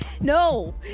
No